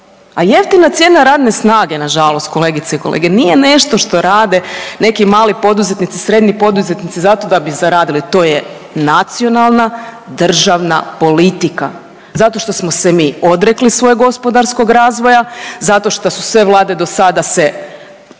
A jeftina cijena radne snage nažalost kolegice i kolege nije nešto što rade neki mali poduzetnici, srednji poduzetnici zato da bi zaradili, to je nacionalna državna politika. Zato što smo se mi odrekli svojeg gospodarskog razvoja, zato što su sve vlade dosada se